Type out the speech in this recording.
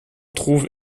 trouve